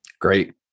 Great